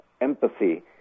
empathy